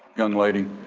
young lady,